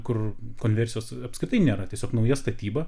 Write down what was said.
kur konversijos apskritai nėra tiesiog nauja statyba